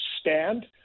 stand